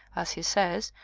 as he says,